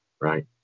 Right